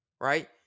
Right